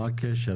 מה הקשר?